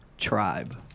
Tribe